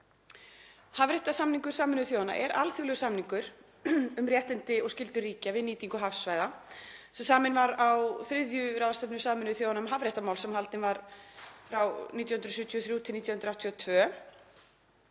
Hafréttarsamningur Sameinuðu þjóðanna er alþjóðlegur samningur um réttindi og skyldur ríkja við nýtingu hafsvæða sem saminn var á þriðju ráðstefnu Sameinuðu þjóðanna um hafréttarmál sem haldin var frá 1973–1982.